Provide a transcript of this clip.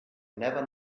never